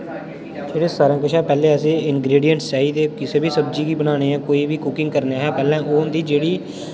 जेह्ड़े सारें कशा पैह्लें असें इंग्रेडिएंट्स चाहिदे किसे बी सब्जी गी बनाने कोई बी कुकिंग करने हा पैह्ले ओह् होंदी जेह्ड़ी